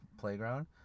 playground